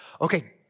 Okay